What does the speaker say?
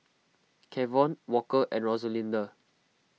Kevon Walker and Rosalinda